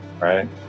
right